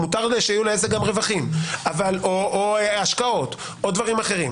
מותר לעסק שיהיו לו גם רווחים או השקעות או דברים אחרים.